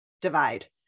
divide